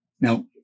Now